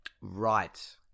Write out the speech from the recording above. Right